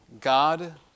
God